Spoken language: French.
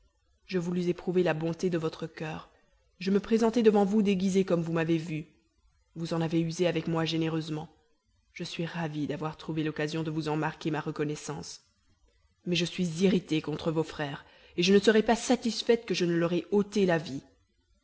je voulus éprouver la bonté de votre coeur je me présentai devant vous déguisée comme vous m'avez vue vous en avez usé avec moi généreusement je suis ravie d'avoir trouvé l'occasion de vous en marquer ma reconnaissance mais je suis irritée contre vos frères et je ne serai pas satisfaite que je ne leur aie ôté la vie